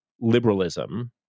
liberalism